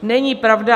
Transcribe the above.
Není pravda.